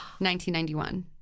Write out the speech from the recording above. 1991